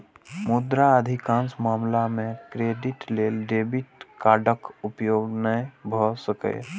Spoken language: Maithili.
मुदा अधिकांश मामला मे क्रेडिट लेल डेबिट कार्डक उपयोग नै भए सकैए